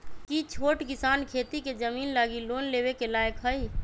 कि छोट किसान खेती के जमीन लागी लोन लेवे के लायक हई?